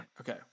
Okay